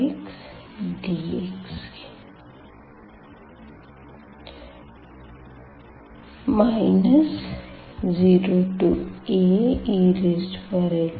0xdx 0aexy